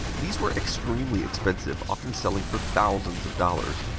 these were extremely expensive, often selling for thousands of dollars.